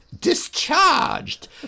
discharged